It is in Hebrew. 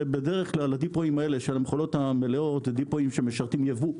ובדרך כלל הדיפויים האלה של המכולות המלאות הם דיפויים שמשרתים ייבוא,